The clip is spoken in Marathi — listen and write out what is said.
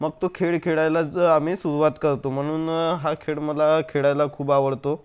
मग तो खेळ खेळायला आम्ही सुरवात करतो म्हणून हा खेळ मला खेळायला खूप आवडतो